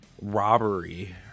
robbery